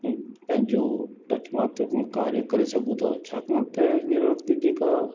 पंहिंजो रत्नात्मक कार्य करे सघूं था छाकाणि त हिन वक़्ति जेका